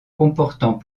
comportant